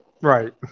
Right